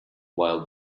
while